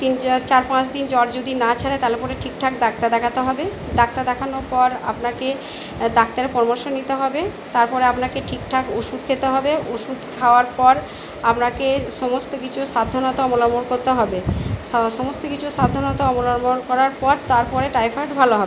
তিন চা চার পাঁচ দিন জ্বর যদি না ছাড়ে তাহলে পরে ঠিক ঠাক ডাক্তার দেখাতে হবে ডাক্তার দেখানোর পর আপনাকে ডাক্তারের পরামর্শ নিতে হবে তারপরে আপনাকে ঠিক ঠাক ওষুধ খেতে হবে ওষুধ খাওয়ার পর আপনাকে সমস্ত কিছু সাবধানতা অবলম্বন করতে হবে স সমস্ত কিছু সাবধানতা অবলম্বন করার পর তারপরে টাইফয়েড ভালো হবে